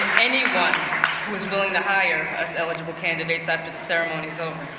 anyone who is willing to hire us eligible candidates after the ceremony's over.